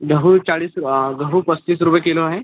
गहू चाळीस गहू पस्तीस रुपये किलो आहे